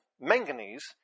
manganese